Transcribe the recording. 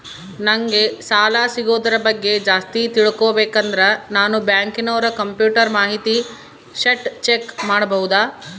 ನಂಗೆ ಸಾಲ ಸಿಗೋದರ ಬಗ್ಗೆ ಜಾಸ್ತಿ ತಿಳಕೋಬೇಕಂದ್ರ ನಾನು ಬ್ಯಾಂಕಿನೋರ ಕಂಪ್ಯೂಟರ್ ಮಾಹಿತಿ ಶೇಟ್ ಚೆಕ್ ಮಾಡಬಹುದಾ?